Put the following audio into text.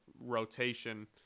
rotation